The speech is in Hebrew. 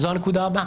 זו הנקודה הבאה.